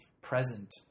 present